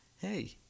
hey